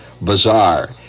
bazaar